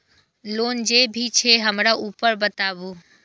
Loan जे भी छे हमरा ऊपर बताबू?